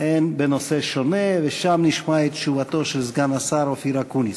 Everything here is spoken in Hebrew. הן בנושא שונה ושם נשמע את תשובתו של סגן השר אופיר אקוניס.